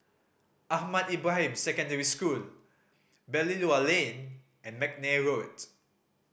Ahmad Ibrahim Secondary School Belilio Lane and McNair Road